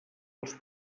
els